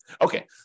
Okay